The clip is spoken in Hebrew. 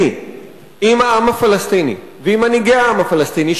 עם העם הפלסטיני ועם מנהיגי העם הפלסטיני,